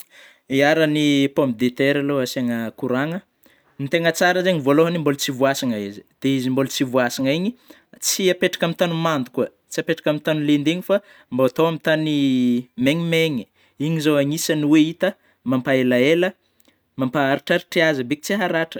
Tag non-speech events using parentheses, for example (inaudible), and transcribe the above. (noise) Yah, raha ny pomme de terre alôha asiagna kôragna, ny tegna tsara zany vôalohany mbôla tsy voasina izy, dia igny izy mbola tsy voasana igny tsy apetraka amin'ny tany mando kôa tsy apetraka amin'ny tany lendena, fa mbô atao amin'ny tany mainmany, iny zao agnisany oe hita mampahelaela mampaharotraritra azy beky tsy haratra.